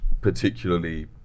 particularly